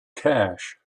cash